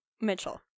mitchell